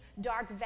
dark